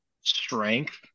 strength